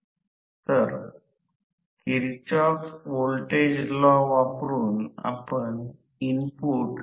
आता सर्किटचा angle theta 2 चे tan tan inverse s X 2 r2 तर हे म्हणजेच थेटा २ मागे पडले आहे